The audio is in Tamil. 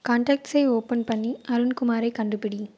காண்டெக்ஸை ஓப்பன் பண்ணி அருண்குமாரைக் கண்டுபிடி